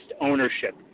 ownership